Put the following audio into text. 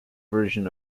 version